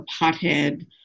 pothead